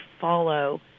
follow